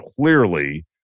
clearly